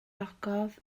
ogof